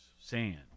sand